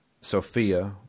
Sophia